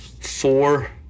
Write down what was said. four